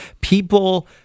people